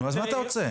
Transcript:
אז מה אתה רוצה?